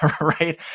Right